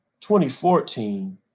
2014